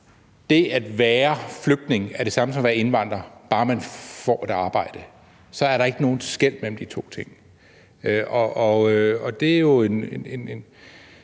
det at være flygtning er det samme som at være indvandrer, bare man får et arbejde – så er der ikke nogen skel mellem de to ting. Hos os skelner